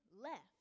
left